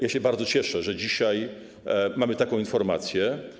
Ja się bardzo cieszę, że dzisiaj mamy taką informację.